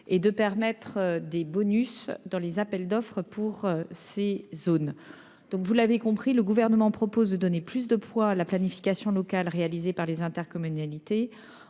et en prévoyant des bonus dans les appels d'offres pour ces zones. Vous l'avez compris, le Gouvernement souhaite donner plus de poids à la planification locale réalisée par les intercommunalités,